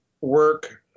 work